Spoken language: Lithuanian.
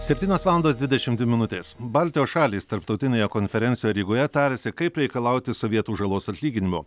septynios valandos dvidešim dvi minutės baltijos šalys tarptautinėje konferencijoje rygoje tariasi kaip reikalauti sovietų žalos atlyginimo